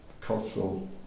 cultural